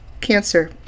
cancer